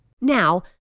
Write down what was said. Now